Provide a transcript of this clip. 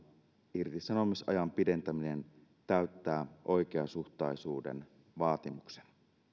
irtisanomisajan pidentäminen täyttää oikeasuhtaisuuden vaatimuksen